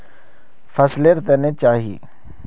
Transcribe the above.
फसल लेर तने कहिए?